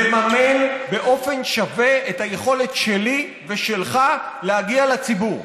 לממן באופן שווה את היכולת שלי ושלך להגיע לציבור.